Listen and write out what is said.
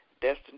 Destiny